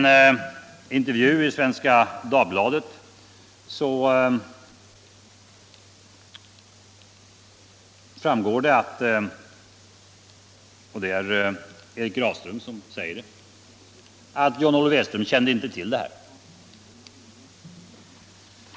Av en intervju i Svenska Dagbladet framgår det — och det är Erik Grafström som säger det — att John Olof Edström inte kände till detta.